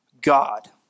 God